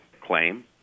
claim